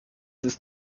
ist